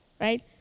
right